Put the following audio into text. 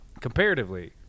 Comparatively